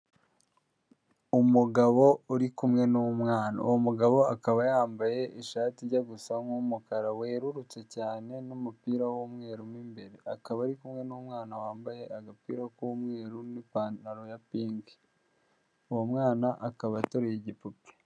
Umugabo uri kumwe n'umwana, uwo mugabo akaba yambaye ishati ijya gusa nk'umukara werurutse cyane n'umupira w'umweru mu imbere, akaba ari kumwe n'umwana wambaye agapira k'umweru n'ipantaro y'iroza, uwo mwana akaba atoruye igipupe.